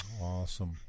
awesome